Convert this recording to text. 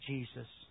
Jesus